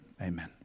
Amen